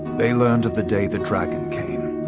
they learned of the day the dragon came.